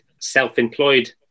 self-employed